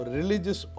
religious